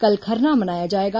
कल खरना मनाया जाएगा